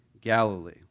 Galilee